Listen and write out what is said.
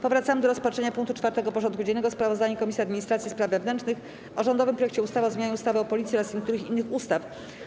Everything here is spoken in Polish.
Powracamy do rozpatrzenia punktu 4. porządku dziennego: Sprawozdanie Komisji Administracji i Spraw Wewnętrznych o rządowym projekcie ustawy o zmianie ustawy o Policji oraz niektórych innych ustaw.